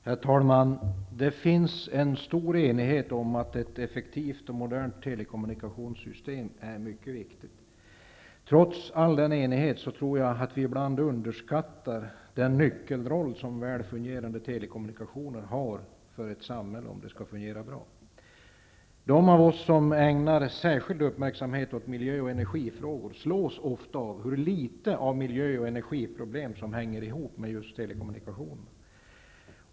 Herr talman! Det råder stor enighet om att ett effektivt och modernt telekommunikationssystem är mycket viktigt. Trots denna enighet tror jag att vi ibland underskattar den nyckelroll som väl fungerande telekommunikationer har i ett samhälle för att detta skall fungera bra. De av oss som ägnar särskild uppmärksamhet åt miljöoch energifrågor slås ofta av hur litet miljöoch energiproblem hänger ihop med just telekommunikationerna.